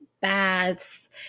baths